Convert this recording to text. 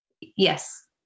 Yes